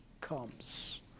comes